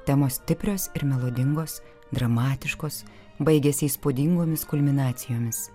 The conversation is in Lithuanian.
temos stiprios ir melodingos dramatiškos baigiasi įspūdingomis kulminacijomis